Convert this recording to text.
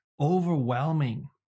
overwhelming